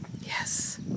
Yes